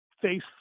face